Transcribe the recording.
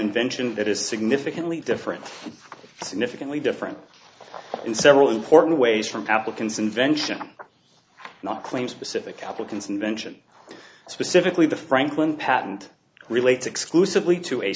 invention that is significantly different significantly different in several important ways from applicants invention not claims specific applicants invention specifically the franklin patent relates exclusively to a